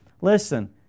Listen